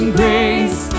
grace